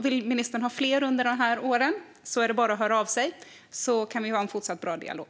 Vill ministern ha fler under de här åren är det bara att höra av sig, och så kan vi ha en fortsatt bra dialog.